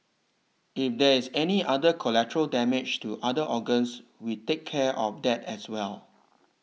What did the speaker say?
if there is any other collateral damage to other organs we take care of that as well